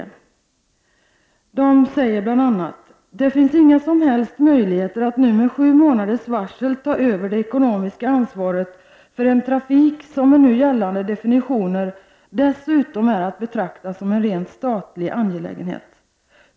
Man säger bl.a.: ”Det finns inga som helst möjligheter att nu med sju månaders varsel ta över det ekonomiska ansvaret för en trafik som med nu gällande definitioner dessutom är att betrakta som en rent statlig angelägenhet.